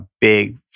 big